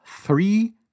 three